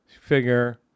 figure